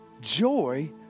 joy